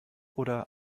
oder